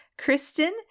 Kristen